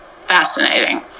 fascinating